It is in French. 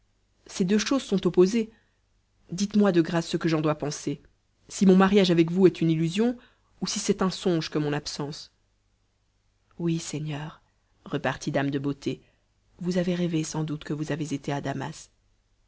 ces deux choses sont opposées dites-moi de grâce ce que j'en dois penser si mon mariage avec vous est une illusion ou si c'est un songe que mon absence oui seigneur repartit dame de beauté vous avez rêvé sans doute que vous avez été à damas